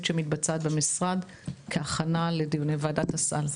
שמתבצעת במשרד כהכנה לדיוני וועדת הסל.